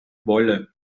wolle